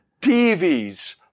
TVs